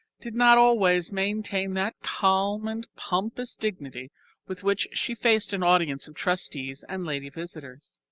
did not always maintain that calm and pompous dignity with which she faced an audience of trustees and lady visitors.